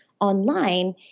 online